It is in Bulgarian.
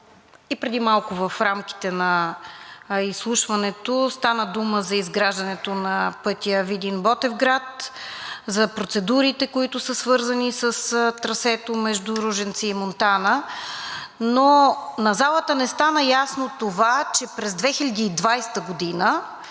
и преди малко в рамките на изслушването стана дума за изграждането на пътя Видин – Ботевград, за процедурите, които са свързани с трасето между Ружинци и Монтана, но на залата не стана ясно това, че през 2020 г.